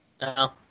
No